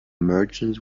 merchants